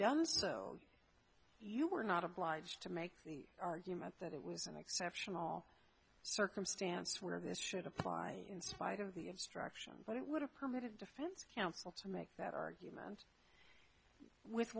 done so you were not obliged to make the argument that it was an exceptional circumstance where this should apply in spite of the obstruction but it would have permitted defense counsel to make that argument with